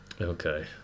Okay